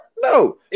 No